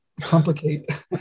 complicate